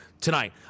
tonight